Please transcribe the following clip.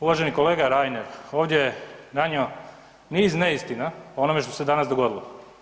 Uvaženi kolega Reiner ovdje je nanio niz neistina o onome što se danas dogodilo.